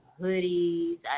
hoodies